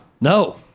No